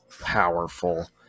powerful